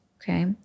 okay